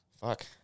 fuck